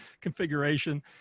configuration